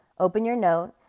open your note,